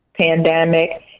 pandemic